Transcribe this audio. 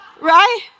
right